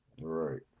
right